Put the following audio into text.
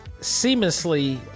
seamlessly